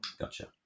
gotcha